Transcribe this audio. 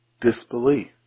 disbelief